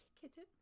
kitten